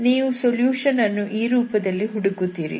ನೀವು ಸೊಲ್ಯೂಷನ್ ಅನ್ನು ಈ ರೂಪದಲ್ಲಿ ಹುಡುಕುತ್ತೀರಿ